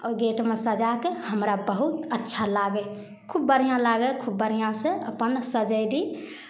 आओर गेटमे सजा कऽ हमरा बहुत अच्छा लागै खूब बढ़िआँ लागै खुब बढ़िआँसँ अपन सजयली